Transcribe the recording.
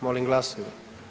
Molim glasujmo.